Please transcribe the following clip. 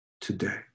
today